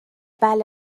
بله